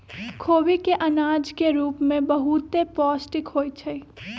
खोबि के अनाज के रूप में बहुते पौष्टिक होइ छइ